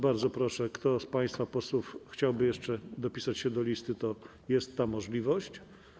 Bardzo proszę, jeśli ktoś z państwa posłów chciałby jeszcze dopisać się do listy, to jest ta możliwość.